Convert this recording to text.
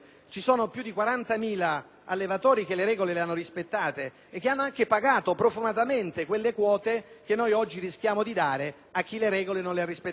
allevatori che hanno rispettato le regole e che hanno anche pagato profumatamente quelle quote che noi oggi rischiamo di dare a chi le regole non le ha rispettate.